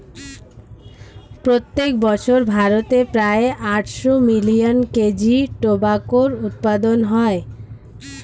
প্রত্যেক বছর ভারতে প্রায় আটশো মিলিয়ন কেজি টোবাকোর উৎপাদন হয়